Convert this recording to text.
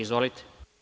Izvolite.